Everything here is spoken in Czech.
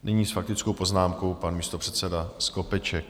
Nyní s faktickou poznámkou pan místopředseda Skopeček.